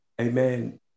Amen